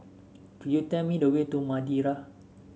could you tell me the way to Madeira